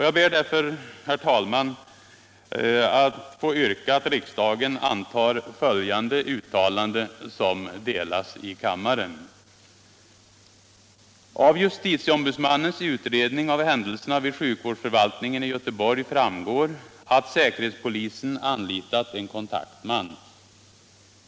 Jag ber mot denna bakgrund, herr talman, att få yrka att riksdagen antar följande uttalande, som delats i kammaren: ”Av justitieombudsmannens utredning av händelserna vid sjukvårdsförvaltningen i Göteborg framgår att säkerhetspolisen anlitat en kontaktman.